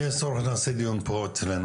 אם יש צורך, נעשה דיון פה אצלנו.